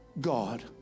God